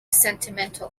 sentimental